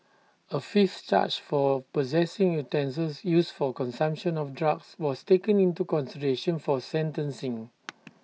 A fifth charge for possessing utensils used for consumption of drugs was taken into consideration for sentencing